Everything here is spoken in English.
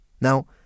Now